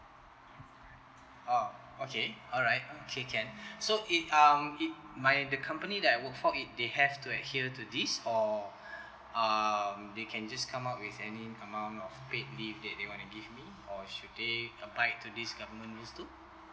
orh okay alright okay can so it um it my the company that I work for it they have to adhere to this or um they can just come up with any amount of paid leave that they want to give me or should they abide to this government rules too